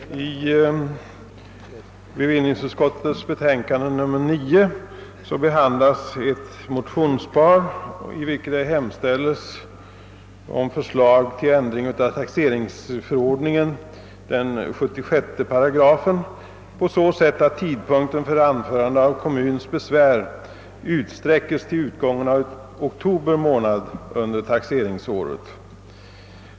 Herr talman! I bevillningsutskottets betänkande nr 9 behandlas ett motionspar, vari hemställs om förslag till ändring av 76 § taxeringsförordningen på så sätt att tidpunkten för anförande av kommuns besvär utsträcks till utgången av oktober månad under taxeringsåret.